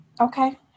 Okay